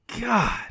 God